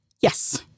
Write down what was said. Yes